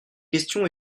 question